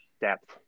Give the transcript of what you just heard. depth